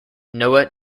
noah